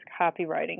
copywriting